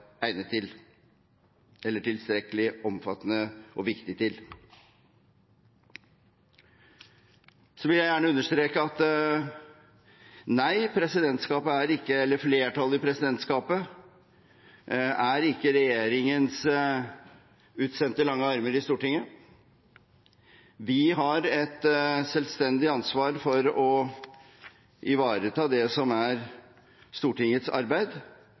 egnet til, eller tilstrekkelig omfattende og viktig til. Så vil jeg gjerne understreke at – nei, flertallet i presidentskapet er ikke regjeringens utsendte lange armer i Stortinget. Vi har et selvstendig ansvar for å ivareta det som er Stortingets arbeid,